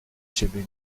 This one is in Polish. ciebie